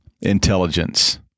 intelligence